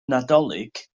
nadolig